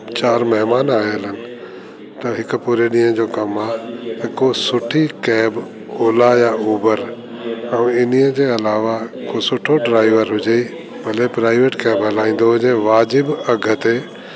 चारि महिमान आयल आहिनि त हिकु पूरे ॾींहुं जो कमु आहे जेको सुठी कैब ओला या उबर ऐं इन्हीअ जे अलावा को सुठो ड्राइवर हुजे भले प्राइवेट कैब हलाईंदो हुजे वाजिबि अघि ते